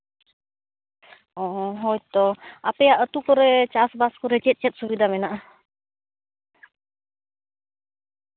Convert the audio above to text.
ᱚᱸᱻ ᱦᱳᱭᱛᱚ ᱟᱯᱮᱭᱟᱜ ᱟᱛᱳ ᱠᱚᱨᱮ ᱪᱟᱥᱵᱟᱥ ᱠᱚᱨᱮ ᱪᱮᱫ ᱪᱮᱫ ᱥᱩᱵᱤᱫᱷᱟ ᱢᱮᱱᱟᱜᱼᱟ